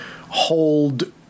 hold